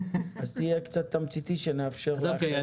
תהיה קצת תמציתי כדי שנוכל לאפשר לעוד אנשים להתייחס.